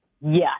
Yes